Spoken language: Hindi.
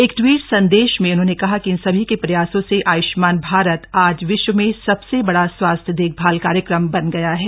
एक ट्वीट संदेश में उन्होंने कहा कि इन सभी के प्रयासों से आयुष्मान भारत आज विश्व में सबसे बड़ा स्वास्थ देखभाल कार्यक्रम बन गया है